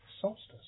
solstice